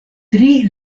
tri